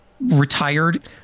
retired